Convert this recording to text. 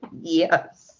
Yes